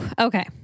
okay